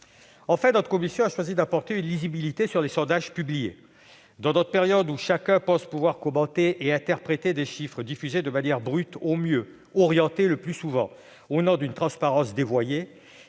Enfin, notre commission a choisi d'apporter davantage de lisibilité aux sondages publiés. Dans une période où chacun pense pouvoir commenter et interpréter des chiffres diffusés de manière brute au mieux, de manière orientée le plus souvent, au nom d'une transparence dévoyée,